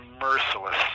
merciless